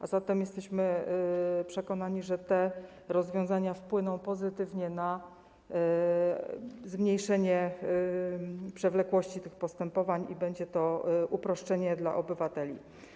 A zatem jesteśmy przekonani, że te rozwiązania wpłyną pozytywnie na zmniejszenie przewlekłości tych postępowań i będzie to uproszczenie dla obywateli.